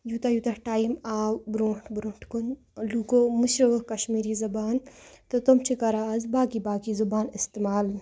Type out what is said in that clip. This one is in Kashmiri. یوٗتاہ یوٗتاہ ٹایِم آو برٛونٛٹھ برٛونٛٹھ کُن لوٗکو مٔشرٲو کَشمیٖری زَبان تہٕ تِم چھِ کَران اَز باقٕے باقٕے زُبان اِستعمال